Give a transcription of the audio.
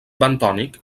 bentònic